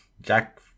Jack